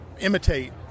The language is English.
imitate